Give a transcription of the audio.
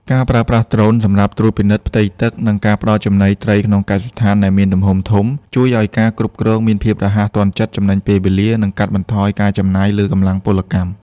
ការប្រើប្រាស់ដ្រូនសម្រាប់ត្រួតពិនិត្យផ្ទៃទឹក និងការផ្ដល់ចំណីត្រីក្នុងកសិដ្ឋានដែលមានទំហំធំ ជួយឱ្យការគ្រប់គ្រងមានភាពរហ័សទាន់ចិត្ត ចំណេញពេលវេលា និងកាត់បន្ថយការចំណាយលើកម្លាំងពលកម្ម។